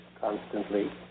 constantly